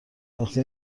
وقتی